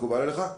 מקובל עליך?